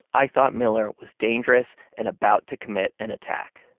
i thought miller was dangerous and about to commit an attack.